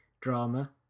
drama